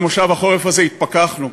במושב החורף הזה התפכחנו,